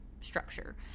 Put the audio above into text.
structure